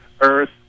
earth